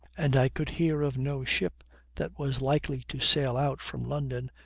and i could hear of no ship that was likely to set out from london,